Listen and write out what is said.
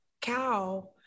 cow